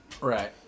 Right